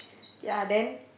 ya then